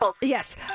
yes